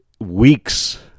weeks